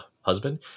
husband